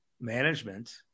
management